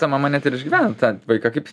ta mama net ir išgyvena tą vaiką kaip